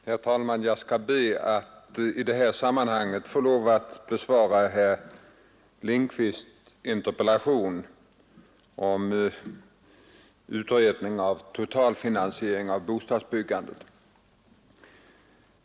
Herr talman! Jag ber att i detta sammanhang få besvara herr Lindkvists interpellation angående redovisning av viss utredning om totalfinansiering av bostadsbyggandet.